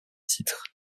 titre